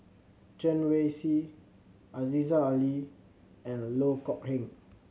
Chen Wen Hsi Aziza Ali and Loh Kok Heng